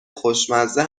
خوشمزه